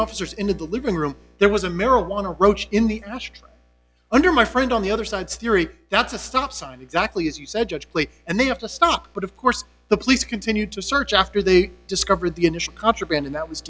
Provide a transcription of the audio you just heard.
officers into the living room there was a marijuana roach in the ashtray under my friend on the other side's theory that's a stop sign exactly as you said judge plea and they have to stop but of course the police continued to search after they discovered the initial contraband that was